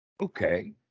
Okay